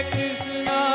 Krishna